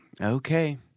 okay